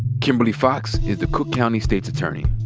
kimberly foxx is the cook county state's attorney.